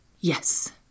Yes